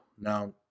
now